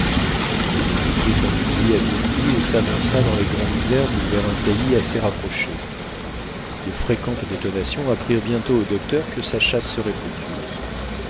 kennedy prit un fusil à deux coups et s'avança dans les grandes herbes vers un taillis assez rapproché de fréquentes détonations apprirent bientôt au docteur que sa chasse serait fructueuse